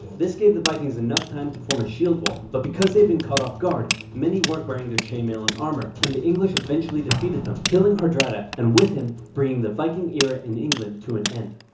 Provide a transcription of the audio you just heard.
this gave the vikings enough time to form a shield wall, but because they'd been caught off-guard, many weren't wearing their chainmail and armour, and the english eventually defeated them, killing hardrada, and with him, bringing the viking era in england to an end.